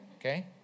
okay